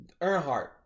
Earnhardt